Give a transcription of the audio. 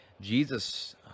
Jesus